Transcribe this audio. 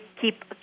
keep